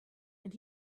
and